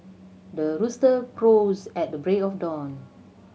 the rooster crows at the break of dawn